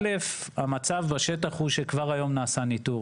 א' המצב בשטח הוא שכבר היום נעשה ניתור,